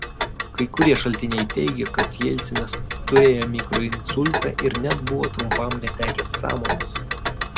kai kurie šaltiniai teigia kad jelcinas turėjo mikroinsultą ir net buvo trumpam netekęs sąmonės